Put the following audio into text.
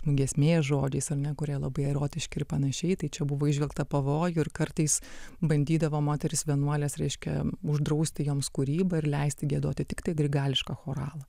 giesmė žodžiais ar ne kurie labai erotiški ir panašiai tai čia buvo įžvelgta pavojų ir kartais bandydavo moterys vienuolės reiškia uždrausti joms kūrybą ir leisti giedoti tiktai grigališką choralą